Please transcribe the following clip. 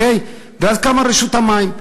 ואז קמה רשות המים.